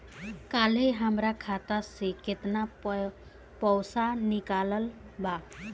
काल्हे हमार खाता से केतना पैसा निकलल बा?